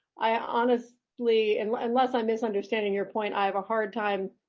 i honestly and unless i'm misunderstand ing your point, i have a hard time